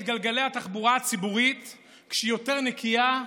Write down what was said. גלגלי התחבורה הציבורית כשהיא יותר נקייה,